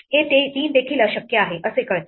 हे तीन देखील अशक्य आहे असे कळते